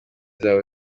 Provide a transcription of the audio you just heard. zabo